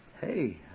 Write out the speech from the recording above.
Hey